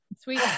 Sweet